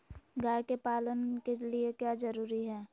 गाय के पालन के लिए क्या जरूरी है?